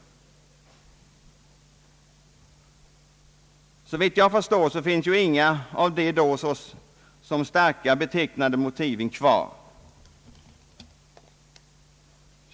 Såvitt jag förstår finns nu inga av de då som starka betecknade motiven kvar.